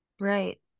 Right